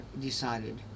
decided